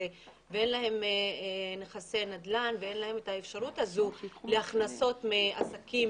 ואין להן נכדי נדל"ן ואין להן את האפשרות להכנסות מעסקים